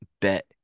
bet